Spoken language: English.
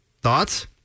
Thoughts